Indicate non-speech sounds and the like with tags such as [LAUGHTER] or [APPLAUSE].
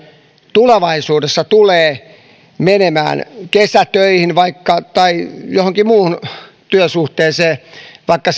tulevaisuudessa tulee menemään kesätöihin tai johonkin muuhun työsuhteeseen vaikka [UNINTELLIGIBLE]